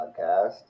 podcast